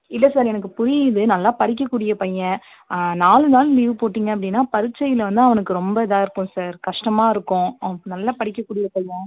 இல்லை சார் எனக்கு புரியுது நல்லா படிக்க கூடிய பையன் நாலு நாள் லீவ் போட்டிங்க அப்படினா பரிட்சையில் வந்து அவனுக்கு ரொம்ப இதாக இருக்கும் சார் கஷ்டமாக இருக்கும் அவன் நல்லா படிக்கக் கூடிய பையன்